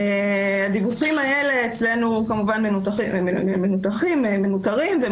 כמובן שהדיווחים האלו מנותחים ומנוטרים אצלנו,